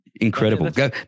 Incredible